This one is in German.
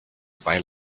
zwei